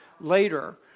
later